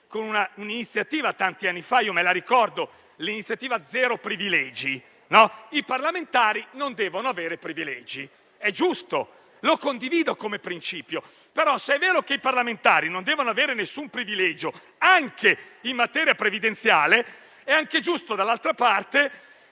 con un'iniziativa tanti anni fa - io me la ricordo - denominata «zero privilegi», secondo cui i parlamentari non devono avere privilegi. È giusto e condivido il principio. Però, se è vero che i parlamentari non devono avere nessun privilegio anche in materia previdenziale, è anche giusto dall'altra parte